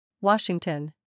Washington